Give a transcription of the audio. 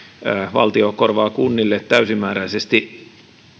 valtio korvaa kunnille täysimääräisesti